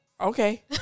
Okay